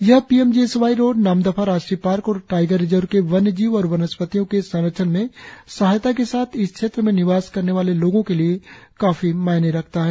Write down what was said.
यह P M G S Y road Namdapha राष्ट्रीय park और टाइगर रिजर्व के वन्यजीव और वनस्पतियों के संरक्षण में सहायता के साथ इस क्षेत्र में निवास करने वाले लोगो के लिए काफी मायने रखता है